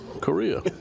Korea